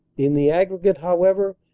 in the aggregate, however,